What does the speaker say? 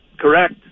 Correct